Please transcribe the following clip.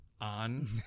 on